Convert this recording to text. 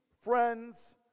friends